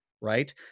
Right